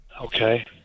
Okay